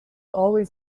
always